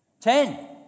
Ten